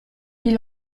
est